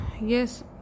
yes